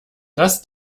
dass